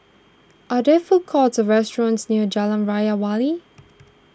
are there food courts or restaurants near Jalan Raja Wali